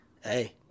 Hey